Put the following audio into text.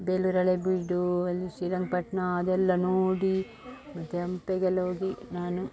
ಬೇಲೂರು ಹಳೆಬೀಡು ಅಲ್ಲಿ ಶ್ರೀರಂಗಪಟ್ಟಣ ಅದೆಲ್ಲ ನೋಡಿ ಮತ್ತು ಹಂಪಿಗೆಲ್ಲ ಹೋಗಿ ನಾನು